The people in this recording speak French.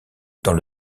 dans